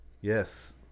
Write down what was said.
Yes